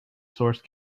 source